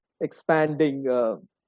expanding